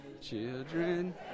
Children